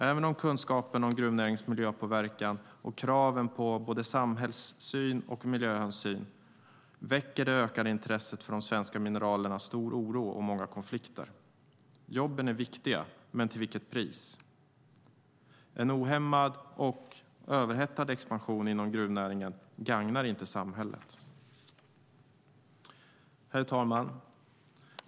Även om kunskapen om gruvnäringens miljöpåverkan och kraven på samhällshänsyn och miljöhänsyn har ökat väcker det ökade intresset för svenska mineraler stor oro och många konflikter. Jobben är viktiga, men till vilket pris? En ohämmad och överhettad expansion inom gruvnäringen gagnar inte samhället. Herr talman!